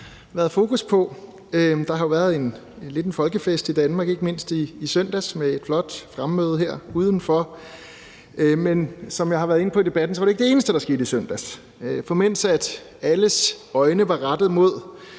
Der har jo været lidt af en folkefest i Danmark, ikke mindst i søndags med flot fremmøde her udenfor, men som jeg har været inde på i debatten, var det ikke det eneste, der skete i søndags. For mens alles øjne var rettet mod